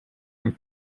and